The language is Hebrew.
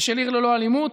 וגם עיר ללא אלימות,